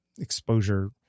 exposure